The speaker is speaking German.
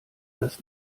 das